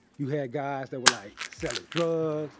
you had guys that were like selling drugs,